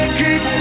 keep